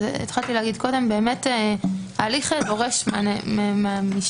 התחלתי להגיד קודם שההליך דורש מהמשתתף,